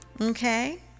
okay